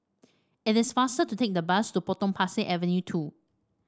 it is faster to take the bus to Potong Pasir Avenue two